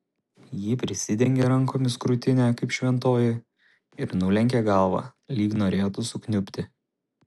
ji prisidengė rankomis krūtinę kaip šventoji ir nulenkė galvą lyg norėtų sukniubti